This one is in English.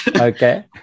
okay